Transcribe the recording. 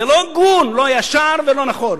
זה לא הגון, לא ישר, ולא נכון.